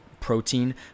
protein